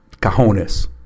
cajones